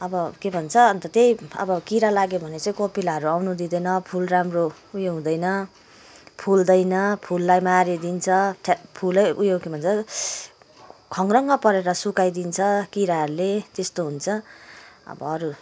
अब के भन्छ अन्त त्यही अब किरा लाग्यो भने चाहिँ कोपिलाहरू आउनु दिँदैन फुल राम्रो उयो हुँदैन फुल्दैन फुललाई मारिदिन्छ फुलै उयो के भन्छ खङ्ग्रङ परेर सुकाइदिन्छ किराहरूले त्यस्तो हुन्छ अब अरू